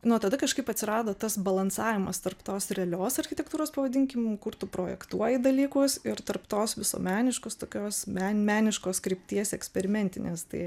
nuo tada kažkaip atsirado tas balansavimas tarp tos realios architektūros pavadinkim kur tu projektuoji dalykus ir tarp tos visuomeniškos tokios meniškos krypties eksperimentinės tai